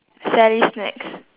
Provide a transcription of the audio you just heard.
sally's snacks